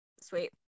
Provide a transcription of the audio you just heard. Sweet